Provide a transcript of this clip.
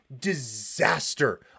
disaster